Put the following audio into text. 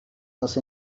else